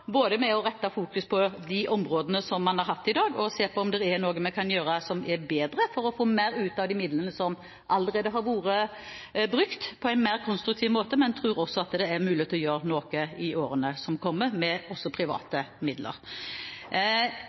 å fokusere på de områdene som man har i dag, og se om det er noe vi kan gjøre for å få mer ut av de midlene som allerede har vært brukt, på en mer konstruktiv måte, men jeg tror det er mulig å gjøre noe også med private midler i årene som kommer.